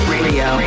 Radio